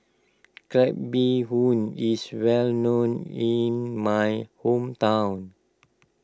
Crab Bee Hoon is well known in my hometown